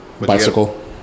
Bicycle